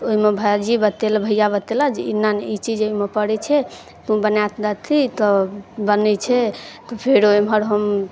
तऽ ओइमे भायजी बतेलक भैया बतेलक जे एना नहि ईचीज अइमे पड़ै छै तू बनाकऽ देखही तऽ जानै छै तऽ फेरो एमहर हम